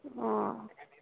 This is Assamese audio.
অঁ